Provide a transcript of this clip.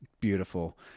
beautiful